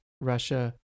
Russia